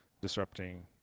disrupting